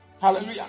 Hallelujah